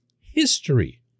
history